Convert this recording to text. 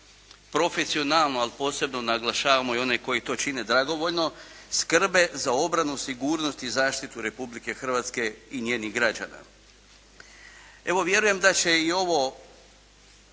profesionalno, ali posebno naglašavamo i one koji to čine dragovoljno, skrbe za obranu sigurnosti i zaštitu Republike Hrvatske i njenih građana. Evo, vjerujem da će i ovo